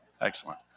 Excellent